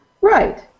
Right